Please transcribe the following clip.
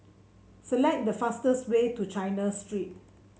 select the fastest way to China Street